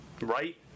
right